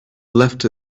left